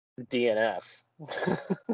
DNF